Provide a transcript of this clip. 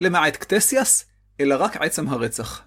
למעט קטסיאס, אלא רק עצם הרצח.